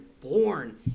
born